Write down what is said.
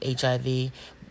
HIV